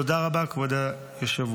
תודה רבה, כבוד היושב-ראש.